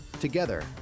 Together